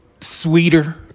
sweeter